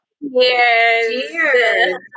Yes